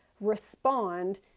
respond